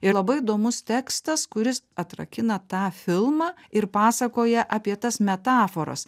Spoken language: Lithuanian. ir labai įdomus tekstas kuris atrakina tą filmą ir pasakoja apie tas metaforas